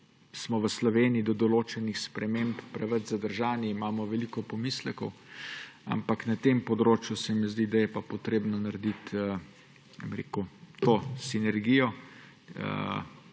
smo v Sloveniji do določenih sprememb preveč zadržani, imamo veliko pomislekov, ampak na tem področju se mi zdi, da je pa potrebno narediti to sinergijo